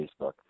Facebook